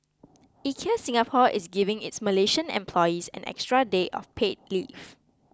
IKEA Singapore is giving its Malaysian employees an extra day of paid leave